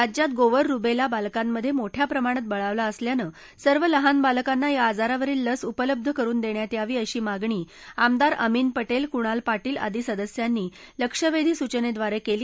राज्यात गोवर रुबद्धी बालकांमध्यमीठ्या प्रमाणात बळावला असल्यानं सर्व लहान बालकांना या आजारावरील लस उपलब्ध करुन दख्वात यावी अशी मागणी आमदार अमीन पटस्ती कुणाल पाटील आदी सदस्यांनी लक्षवद्वी सूचनद्वीरक्रिली